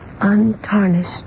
Untarnished